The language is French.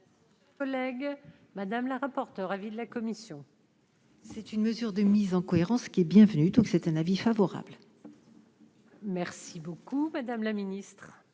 Collègue madame la rapporteure, avis de la commission. C'est une mesure de mise en cohérence qui est bienvenue, donc c'est un avis favorable. Merci beaucoup, Madame la Ministre